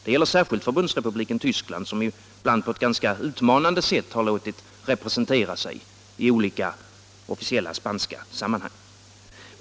Det gäller särskilt Förbundsrepubliken Tyskland, som ibland på ett ganska utmanande sätt har låtit representera sig i olika officiella spanska sammanhang.